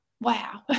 wow